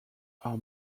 are